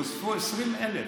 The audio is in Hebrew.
נוספו 20,000